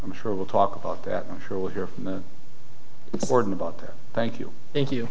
i'm sure we'll talk about that i'm sure we'll hear from the board in about their thank you thank you